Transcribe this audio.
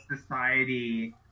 society